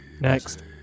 next